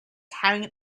carrying